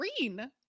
green